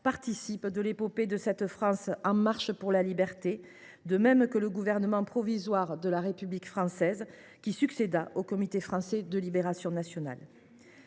aussi de l’épopée de cette France en marche pour la liberté, comme le Gouvernement provisoire de la République française, qui succéda au Comité français de libération nationale.